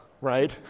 right